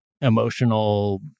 emotional